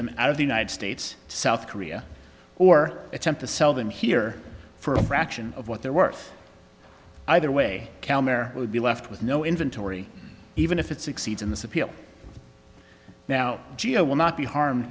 them out of the united states south korea or attempt to sell them here for a fraction of what they're worth either way there would be left with no inventory even if it succeeds in this appeal now geo will not be harmed